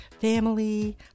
family